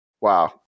Wow